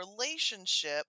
relationship